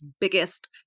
biggest